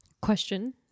Question